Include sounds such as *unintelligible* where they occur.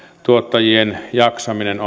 tuottajien jaksaminen *unintelligible*